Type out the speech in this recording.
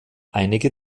einige